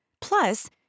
Plus